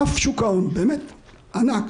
החלטה שתשפיע על קבוצה מאוד גדולה של אנשים,